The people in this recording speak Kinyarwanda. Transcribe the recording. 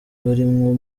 barimwo